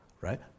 right